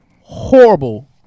Horrible